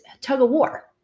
tug-of-war